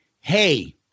Hey